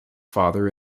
father